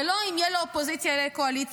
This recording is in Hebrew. ולא אם יהיה לאופוזיציה או לקואליציה,